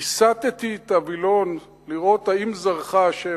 הסטתי את הווילון לראות אם זרחה השמש.